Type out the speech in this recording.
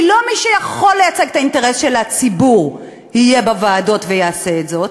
כי לא מי שיכול לייצג את האינטרס של הציבור יהיה בוועדות ויעשה זאת,